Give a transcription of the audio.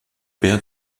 père